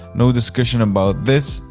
no discussion about this.